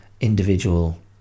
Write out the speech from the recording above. individual